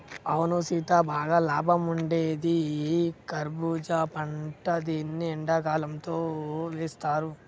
అవును సీత బాగా లాభం ఉండేది కర్బూజా పంట దీన్ని ఎండకాలంతో వేస్తారు